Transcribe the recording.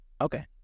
Okay